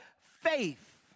Faith